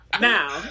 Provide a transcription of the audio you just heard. Now